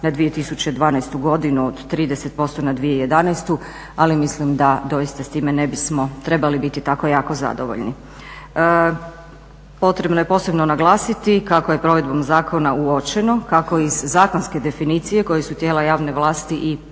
na 2012. godinu od 30% na 2011. Ali mislim da doista s time ne bismo trebali biti tako jako zadovoljni. Potrebno je posebno naglasiti kako je provedbom zakona uočeno kako iz zakonske definicije koje su tijela javne vlasti i pravne